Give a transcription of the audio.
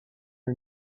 her